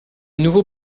nouveau